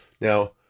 Now